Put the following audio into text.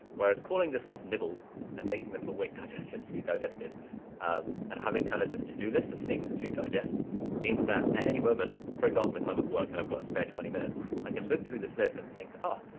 whereas calling this stuff nibbles and making them a wait digestion to be digested um and having kind of this to do list of things to digest means that at any moment, for example, if i'm at work and i've got a spare twenty minutes, i can look through this list and think, oh,